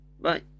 Bye